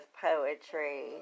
poetry